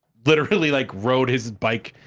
literally, like, rode his bike,